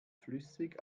flüssig